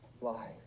life